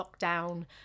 lockdown